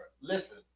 Listen